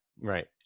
right